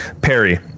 Perry